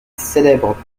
célèbre